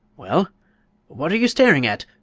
well what are you staring at?